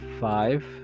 five